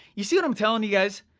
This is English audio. you see what i'm telling you guys?